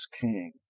king